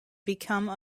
become